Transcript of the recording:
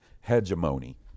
Hegemony